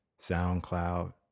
SoundCloud